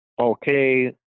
Okay